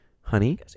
honey